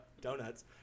donuts